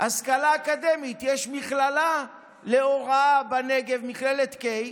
השכלה אקדמית, יש מכללה להוראה בנגב, מכללת קיי,